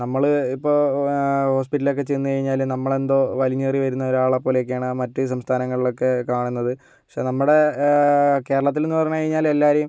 നമ്മള് ഇപ്പോൾ ഹോസ്പിറ്റലൊക്കെ ചെന്ന് കഴിഞ്ഞാല് നമ്മളെന്തോ വലിഞ്ഞുകേറി വരുന്നൊരാളെ പോലൊക്കെയാണ് മറ്റ് സംസ്ഥാനങ്ങളിലൊക്കെ കാണുന്നത് പക്ഷെ നമ്മുടെ കേരളത്തിലെന്ന് പറഞ്ഞ് കഴിഞ്ഞാല് എല്ലാവരേയും